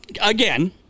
Again